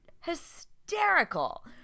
hysterical